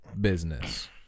business